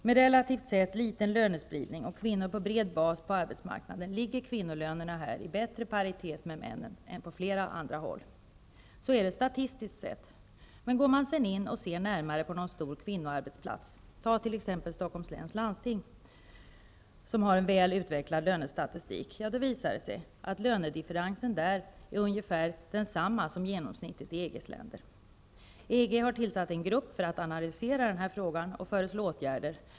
Med relativt sett liten lönespridning och kvinnor på bred bas på arbetsmarknaden ligger kvinnornas löner här i bättre paritet med männens än på flera andra håll. Så är det statistiskt sett, men går man sedan in och ser närmare på någon stor kvinnoarbetsplats, t.ex. Stockholms läns landsting, som har en väl utvecklad lönestatistik, visar det sig att lönedifferensen där är ungefär densamma som genomsnittet i EG:s länder. EG har tillsatt en grupp för att analysera den här frågan och föreslå åtgärder.